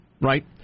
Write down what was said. Right